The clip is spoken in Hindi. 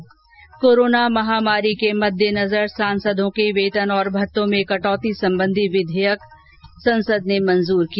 ् कोरोना महामारी के मद्देनजर सांसदों के वेतन और भत्तों में कटौती संबंधी विधेयक को संसद ने मंजूरी दी